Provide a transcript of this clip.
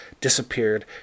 disappeared